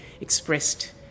expressed